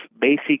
basic